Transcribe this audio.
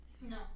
No